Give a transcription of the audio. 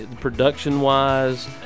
Production-wise